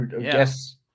Yes